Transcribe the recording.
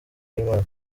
y’imana